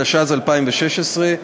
התשע"ז 2016,